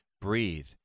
breathe